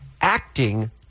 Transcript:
acting